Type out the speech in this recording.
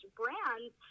brands